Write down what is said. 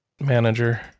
manager